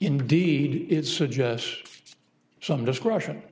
indeed it's a just some discretion